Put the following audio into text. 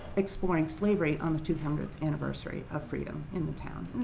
exploring slavery on the two hundredth anniversary of freedom in the town.